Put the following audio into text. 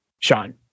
Sean